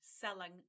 selling